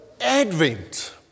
Advent